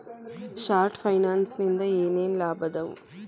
short ಫೈನಾನ್ಸಿನಿಂದ ಏನೇನ್ ಲಾಭದಾವಾ